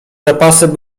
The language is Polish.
zapasy